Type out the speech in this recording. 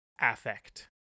affect